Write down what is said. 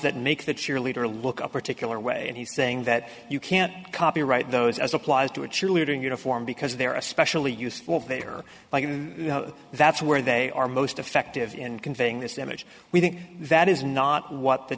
that make the cheerleader look up particular way and he's saying that you can't copyright those as applies to a cheerleading uniform because they're especially useful they are like and that's where they are most effective in conveying this image we think that is not what the